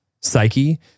psyche